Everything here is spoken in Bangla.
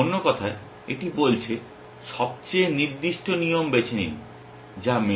অন্য কথায় এটি বলছে সবচেয়ে নির্দিষ্ট নিয়ম বেছে নিন যা মেলে